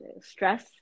stress